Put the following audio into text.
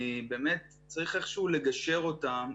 צריך איכשהו לגשר אותם.